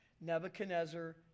Nebuchadnezzar